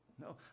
No